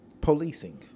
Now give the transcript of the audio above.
policing